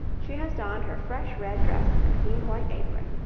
she has donned her fresh red dress and clean white apron,